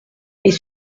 est